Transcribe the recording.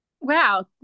Wow